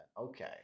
Okay